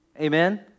amen